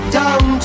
down